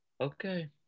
Okay